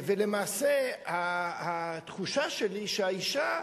ולמעשה התחושה שלי היא שהאשה,